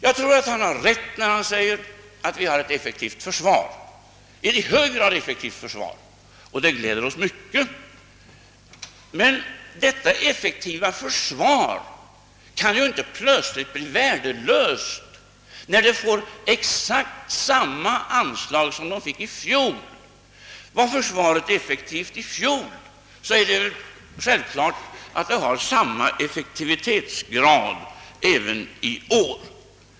Jag tror att han har rätt när han säger att vi har ett i hög grad effektivt försvar, och detta gläder oss mycket, men detta effektiva försvar kan ju inte plötsligt bli värdelöst då det får exakt samma anslag som i fjol. Var försvaret effektivt i fjol är det självklart att det har samma effektivitet i år.